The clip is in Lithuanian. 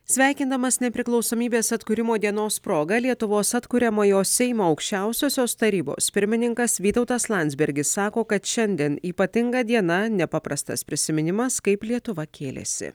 sveikindamas nepriklausomybės atkūrimo dienos proga lietuvos atkuriamojo seimo aukščiausiosios tarybos pirmininkas vytautas landsbergis sako kad šiandien ypatinga diena nepaprastas prisiminimas kaip lietuva kėlėsi